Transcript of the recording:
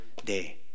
day